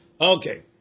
Okay